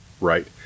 Right